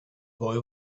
boy